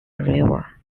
river